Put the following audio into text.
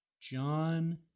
John